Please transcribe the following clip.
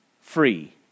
free